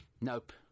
Nope